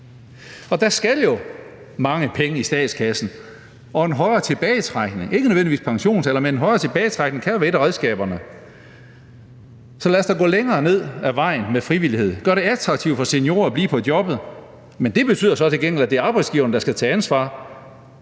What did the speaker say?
Der skal jo mange penge i statskassen, og en højere tilbagetrækningsalder – ikke nødvendigvis en højere pensionsalder, men en højere tilbagetrækningsalder – kan være et af redskaberne. Så lad os da gå længere ned ad vejen med frivillighed og gøre det attraktivt for seniorer at blive på jobbet. Men det betyder så til gengæld, at det er arbejdsgiveren, der skal tage ansvar